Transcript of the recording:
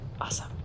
awesome